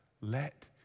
let